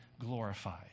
glorified